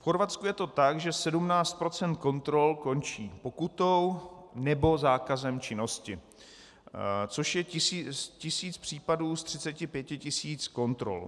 V Chorvatsku je to tak, že 17 % kontrol končí pokutou nebo zákazem činnosti, což je tisíc případů z 35 tisíc kontrol.